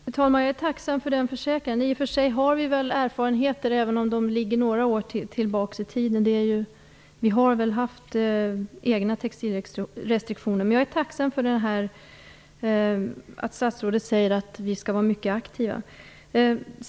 Fru talman! Jag är tacksam för den försäkran. I och för sig har vi väl erfarenheter, även om de ligger några år tillbaka i tiden. Vi har haft egna textilrestriktioner. Men jag är tacksam för att statsrådet säger att vi skall vara mycket aktiva.